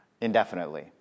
indefinitely